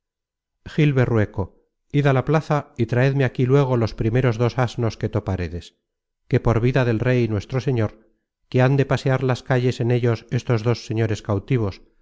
gil berrueco id á la plaza y traedme aquí luego los primeros dos asnos que topáredes que por vida del rey nuestro señor que han de pasear las calles en ellos estos dos señores cautivos